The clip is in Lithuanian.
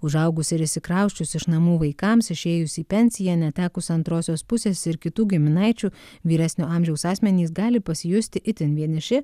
užaugus ir išsikrausčius iš namų vaikams išėjus į pensiją netekus antrosios pusės ir kitų giminaičių vyresnio amžiaus asmenys gali pasijusti itin vieniši